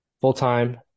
full-time